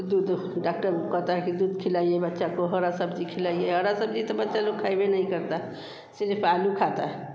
दूध डाक्टर ऊ कहते हैं कि दूध खिलाइए बच्चे को हरी सब्ज़ी खिलाइए हरी सब्ज़ी तो बच्चे लोग खइबे नहीं करते सिर्फ आलू खाते हैं